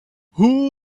who